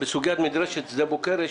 בסוגית מדרשת שדה בוקר בוועדת החינוך.